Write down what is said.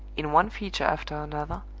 in one feature after another,